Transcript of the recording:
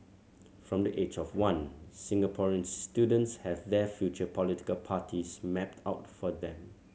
from the age of one Singaporean students have their future political parties mapped out for them